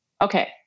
Okay